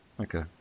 Okay